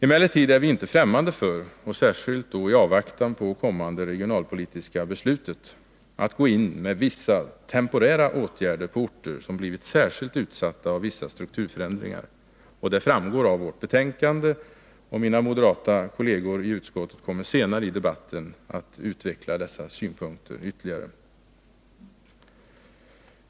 Emellertid är vi inte främmande för — och särskilt i avvaktan på det kommande regionalpolitiska beslutet — att gå in med vissa temporära åtgärder på orter som blivit särskilt utsatta av vissa strukturförändringar. Det framgår av vårt betänkande, och mina moderata kolleger i utskottet kommer att senare i debatten utveckla dessa synpunkter ytterligare.